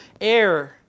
air